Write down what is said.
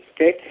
Okay